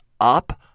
up